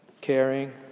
caring